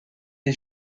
des